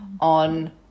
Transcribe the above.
on